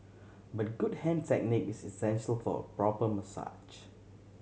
but good hand technique is essential for a proper massage